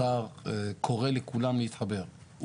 השר קורא לכולם להתחבר.